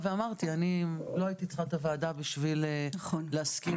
ואמרתי: לא הייתי צריכה את הוועדה בשביל להסכים